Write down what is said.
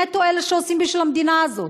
נטו אלה שעושים בשביל המדינה הזאת.